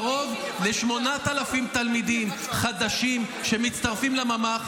קרוב ל-8,000 תלמידים חדשים מצטרפים לממ"ח